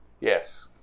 Yes